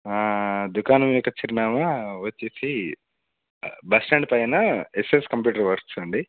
దుకాణం యొక్క చిరునామా వచ్చేసి బస్ స్టాండ్ పైన ఎస్ఎస్ కంప్యూటర్ వర్క్స్ అండి